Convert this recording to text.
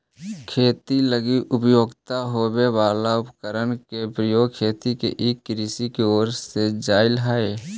खेती लगी उपयुक्त होवे वाला उपकरण के प्रयोग खेती के ई कृषि के ओर ले जाइत हइ